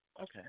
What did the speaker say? Okay